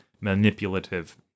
manipulative